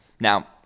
now